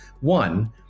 One